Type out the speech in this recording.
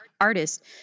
artist